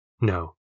No